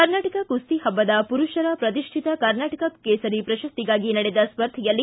ಕರ್ನಾಟಕ ಕುಸ್ತಿ ಹಬ್ಬದ ಪುರುಷರ ಪ್ರತಿಷ್ಠಿತ ಕರ್ನಾಟಕ ಕೇಸರಿ ಪ್ರಶಸ್ತಿಗಾಗಿ ನಡೆದ ಸ್ಪರ್ಧೆಯಲ್ಲಿ